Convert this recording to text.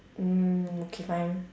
mm okay fine